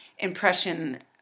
impression